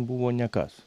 buvo ne kas